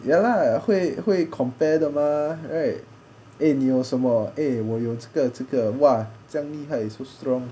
ya lah 会会 compare 的吗 right eh 你有什么 eh 我有这个这个 !wah! 这样厉害 so strong